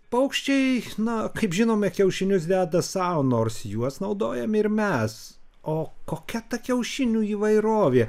paukščiai na kaip žinome kiaušinius deda sau nors juos naudojam ir mes o kokia ta kiaušinių įvairovė